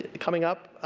coming up,